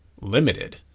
limited